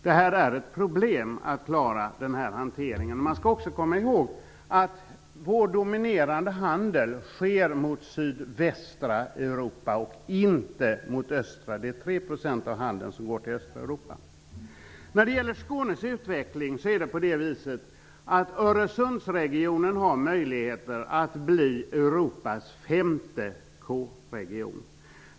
Det är problem med att klara av den här hanteringen. Man skall också komma ihåg att vår dominerande handel sker gentemot sydvästra Europa och inte gentemot östra Europa. 3 % av handeln sker gentemot östra Europa. När det gäller Skånes utveckling har Öresundsregionen möjligheter att bli Europas femte K-region.